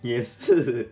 yes